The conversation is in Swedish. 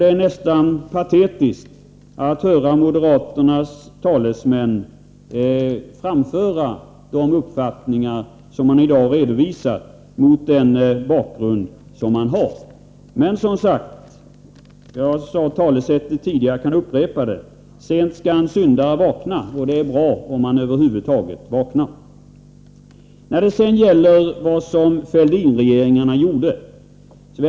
Det är nästa patetiskt att höra moderaternas talesmän framföra sina uppfattningar mot bakgrund av moderaternas tidigare inställning. Men jag kan upprepa det talesätt som jag tidigare använde: Sent skall syndaren vakna. Och det är bra om han över huvud taget vaknar. Så till frågan om vad Fälldinregeringarna gjorde.